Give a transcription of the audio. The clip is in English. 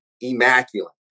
Immaculate